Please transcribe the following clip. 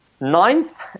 ninth